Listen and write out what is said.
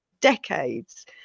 decades